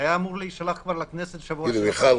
היה אמור להישלח כבר לכנסת בשבוע שעבר.